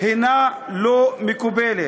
היא לא מקובלת,